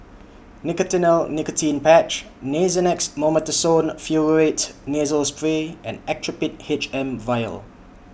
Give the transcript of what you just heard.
Nicotinell Nicotine Patch Nasonex Mometasone Furoate Nasal Spray and Actrapid H M Vial